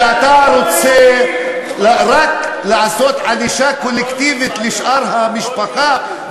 אתה רוצה רק לעשות ענישה קולקטיבית לשאר המשפחה,